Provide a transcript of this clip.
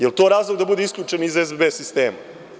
Da li je to razlog da bude isključen iz SBB sistema?